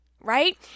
right